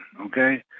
okay